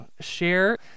share